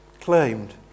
claimed